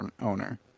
owner